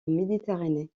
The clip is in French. méditerranée